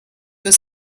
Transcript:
for